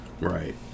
right